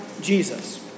Jesus